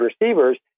receivers